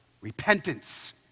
repentance